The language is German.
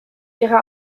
ihre